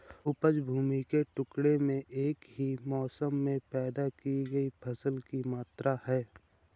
उपज भूमि के टुकड़े में एक ही मौसम में पैदा की गई फसल की मात्रा है